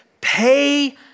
pay